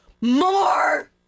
more